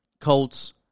Colts